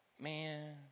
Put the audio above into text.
man